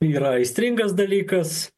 yra aistringas dalykas